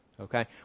Okay